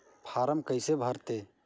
Form कइसे भरते?